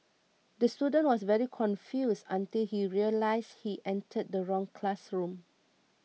the student was very confused until he realised he entered the wrong classroom